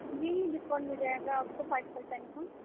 جی discount مل جائے گا آپ کو فائیو پرسینٹ کا